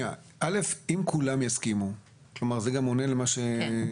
אם כולם יסכימו, זה גם עונה להערה שנאמרה כאן,